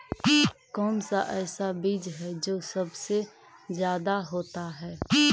कौन सा ऐसा बीज है जो सबसे ज्यादा होता है?